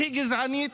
הכי גזענית,